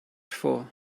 for